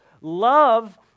Love